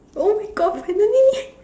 oh-my-God finally